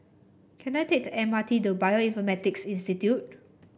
can I take the M R T to Bioinformatics Institute